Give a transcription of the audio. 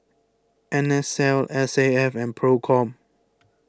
N S L S A F and Procom